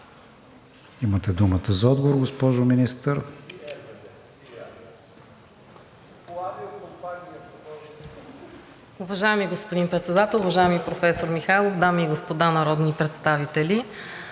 Имате думата за отговор, госпожо Министър.